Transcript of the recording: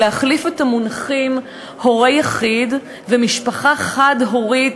היא להחליף את המונחים "הורה יחיד" ו"משפחה חד-הורית"